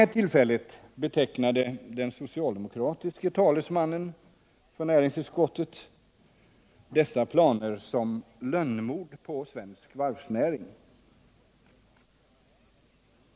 Vid det tillfället betecknade den socialdemokratiske talesmannen för näringsutskottet dessa planer såsom lönnmord på svensk varvsnäring.